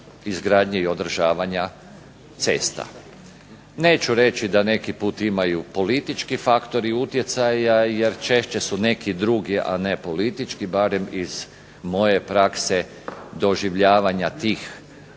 izgradnje i održavanja cesta. Neću reći da neki put imaju politički faktor i utjecaja jer češće su neki drugi, a ne politički, barem iz moje prakse doživljavanja tih